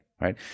right